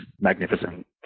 magnificent